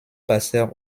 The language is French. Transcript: passèrent